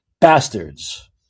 bastards